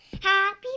happy